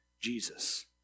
Jesus